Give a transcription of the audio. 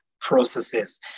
processes